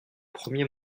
premier